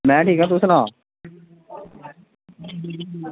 में ठीक आं तूं सना